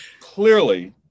clearly